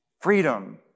Freedom